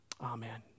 Amen